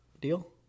Deal